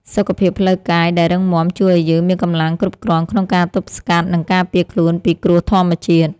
សុខភាពផ្លូវកាយដែលរឹងមាំជួយឱ្យយើងមានកម្លាំងគ្រប់គ្រាន់ក្នុងការទប់ទល់ និងការពារខ្លួនពីគ្រោះធម្មជាតិ។